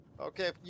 Okay